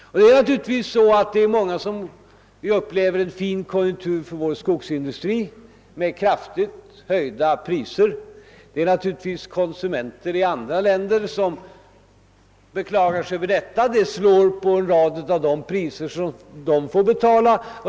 Det är många som upplever en fin konjunktur för vår skogsindustri med kraftigt höjda priser, men det är naturligt att konsumenterna i andra länder beklagar sig över detta, ty det slår ut på en rad av de priser som de får betala.